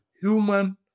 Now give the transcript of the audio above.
human